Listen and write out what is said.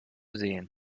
sehen